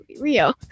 Rio